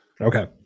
Okay